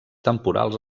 temporals